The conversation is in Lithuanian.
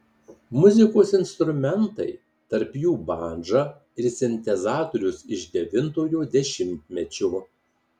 muzikos instrumentai tarp jų bandža ir sintezatorius iš devintojo dešimtmečio